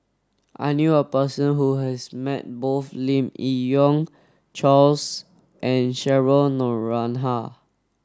I knew a person who has met both Lim Yi Yong Charles and Cheryl Noronha